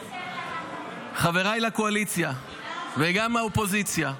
חבריי לקואליציה וגם לאופוזיציה,